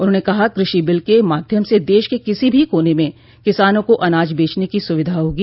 उन्होंने कहा कृषि बिल के माध्यम से देश के किसी भी कोने में किसानों को अनाज बेचने की स्विधा होगी